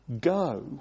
go